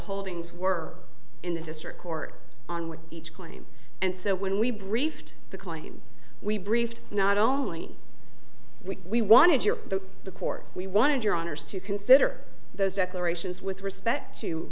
holdings were in the district court on what each claim and so when we briefed the claim we briefed not only we wanted your the court we wanted your honour's to consider those declarations with respect to